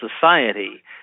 society